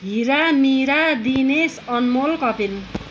Hira Nira Dinesh Anmol Kapil